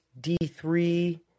D3